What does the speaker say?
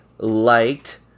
liked